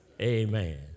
Amen